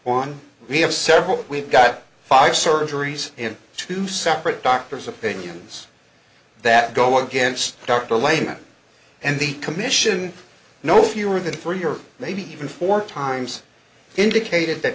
on we have several we've got five surgeries in two separate doctors opinions that go against dr layman and the commission no fewer than three or maybe even four times indicated that